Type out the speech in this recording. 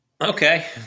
Okay